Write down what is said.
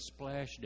splashdown